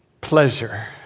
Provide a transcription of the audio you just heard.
pleasure